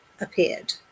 appeared